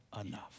enough